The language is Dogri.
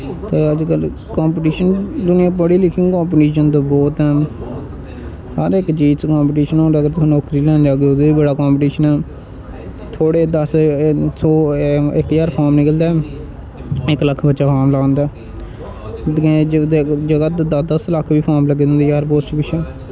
अजकल कंपिटीशन दुनियां पड़ी लिखी कंपिटीशन ते बौह्त न हर इक चीज च कंपिटीशन अगर तुस नौकरी लैन जाह्दे ते ओह्दे च बी बड़ा कंपिटीशन ऐ थोह्ड़ा दस सौ इक ज्हार फार्म निकलदा निं इक लक्ख बच्चे फार्म लाई ओड़दा जेकर दस् लक्खी बी फार्म लग्गै तिन्न ज्हार पोस्ट पिच्छे